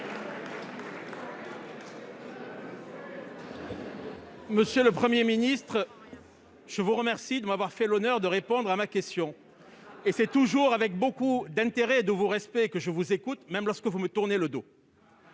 Monsieur le Premier ministre, je vous remercie de m'avoir fait l'honneur de répondre à ma question ! C'est toujours avec beaucoup d'intérêt et de respect que je vous écoute, même lorsque vous me tournez le dos